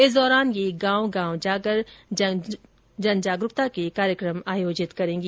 इस दौरान ये गांव गांव जाकर जन जागरूकता के कई कार्यक्रम आयोजित करेंगी